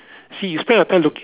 see you spend your time looking